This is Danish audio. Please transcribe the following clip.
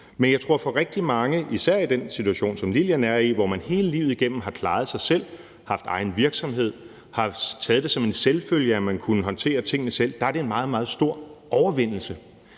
at for rigtig mange, især i den situation, som Lillian er i, hvor man hele livet igennem har klaret sig selv, haft egen virksomhed, har taget det som en selvfølge, at man kunne håndtere tingene selv, er det en meget, meget stor overvindelse,